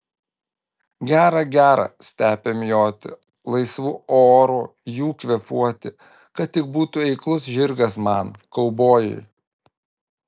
gera gera stepėm joti laisvu oru jų kvėpuoti kad tik būtų eiklus žirgas man kaubojui